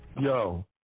Yo